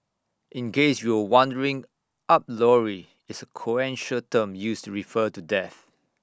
in case you were wondering up lorry is A colloquial term used refer to death